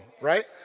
right